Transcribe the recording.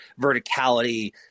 verticality